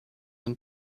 and